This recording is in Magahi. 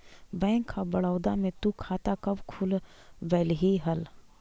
बैंक ऑफ बड़ोदा में तु खाता कब खुलवैल्ही हल